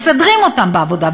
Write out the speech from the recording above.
מסדרים אותם בעבודה,